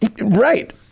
Right